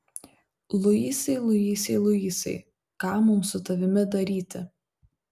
luisai luisai luisai ką mums su tavimi daryti